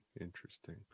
interesting